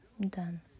Done